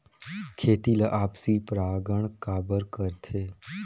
खेती ला आपसी परागण काबर करथे?